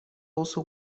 also